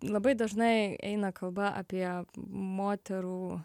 labai dažnai eina kalba apie moterų